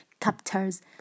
captors